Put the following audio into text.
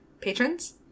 patrons